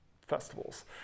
festivals